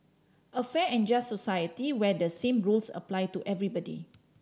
a fair and just society where the same rules apply to everybody